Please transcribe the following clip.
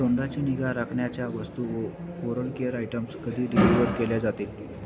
तोंडाची निगा राखण्याच्या वस्तू ओ ओरल केअर आयटम्स कधी डिलिव्हर केल्या जातील